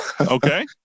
Okay